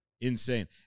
insane